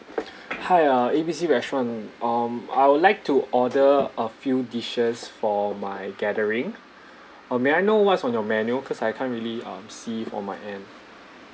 hi uh A B C restaurant um I would like to order a few dishes for my gathering uh may I know what's on your menu cause I can't really um see from my end